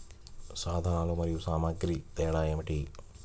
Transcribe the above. సాధనాలు మరియు సామాగ్రికి తేడా ఏమిటి?